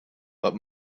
but